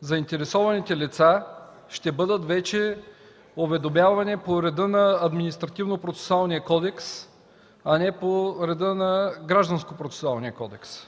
заинтересованите лица ще бъдат вече уведомявани по реда на Административнопроцесуалния кодекс, а не по реда на Гражданскопроцесуалния кодекс.